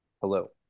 Hello